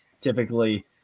Typically